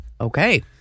Okay